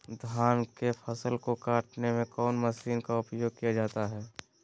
धान के फसल को कटने में कौन माशिन का उपयोग किया जाता है?